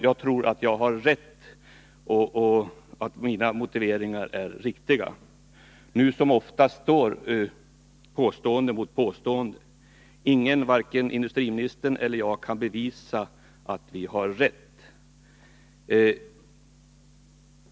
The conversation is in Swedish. Jag tror att jag har rätt och att mina motiveringar är riktiga. Nu som ofta annars står påstående mot påstående, och ingen, varken industriministern eller jag, kan bevisa vem som har rätt.